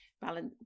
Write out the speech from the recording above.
balance